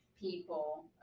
people